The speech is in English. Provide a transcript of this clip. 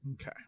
Okay